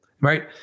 right